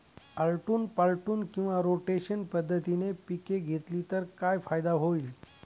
आलटून पालटून किंवा रोटेशन पद्धतीने पिके घेतली तर काय फायदा होईल?